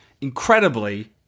incredibly